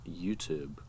YouTube